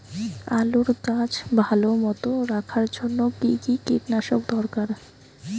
আলুর গাছ ভালো মতো রাখার জন্য কী কী কীটনাশক দরকার?